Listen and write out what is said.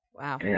Wow